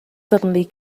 suddenly